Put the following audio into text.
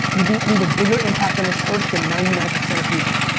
you'd leave a bigger impact on this earth than ninety nine percent of people.